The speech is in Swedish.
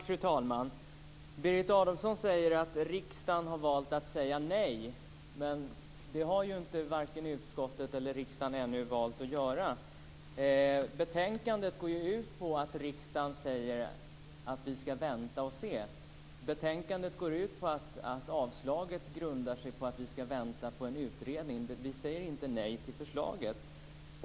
Fru talman! Berit Adolfsson säger att riksdagen har valt att säga nej. Men varken riksdagen eller utskottet har ännu valt att göra det. Betänkandet går ju ut på att vi ska vänta och se. Avslaget grundar sig på att vi ska vänta på en utredning. Vi säger inte nej till förslaget.